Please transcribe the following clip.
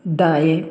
दाएँ